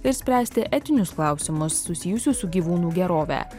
ir spręsti etinius klausimus susijusius su gyvūnų gerove